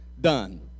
done